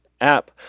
app